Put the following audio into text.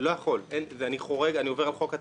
אני לא יכול, אני עובר על חוק התקציב.